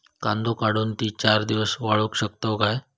कांदो काढुन ती चार दिवस वाळऊ शकतव काय?